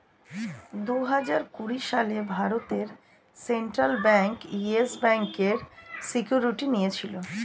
দুহাজার কুড়ি সালে ভারতের সেন্ট্রাল ব্যাঙ্ক ইয়েস ব্যাঙ্কের সিকিউরিটি নিয়েছিল